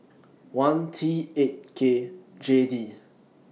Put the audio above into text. one T eight K J D